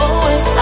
away